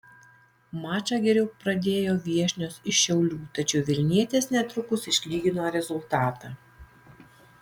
mačą geriau pradėjo viešnios iš šiaulių tačiau vilnietės netrukus išlygino rezultatą